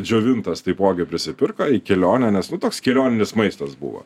džiovintos taipogi prisipirko į kelionę nes nu toks kelioninis maistas buvo